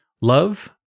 love